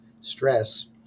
stress